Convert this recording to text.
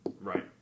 Right